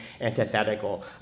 antithetical